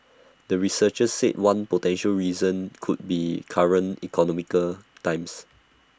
the researchers said one potential reason could be current economical times